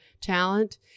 talent